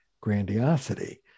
grandiosity